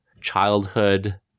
childhood